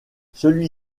celui